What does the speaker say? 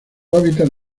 hábitat